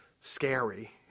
scary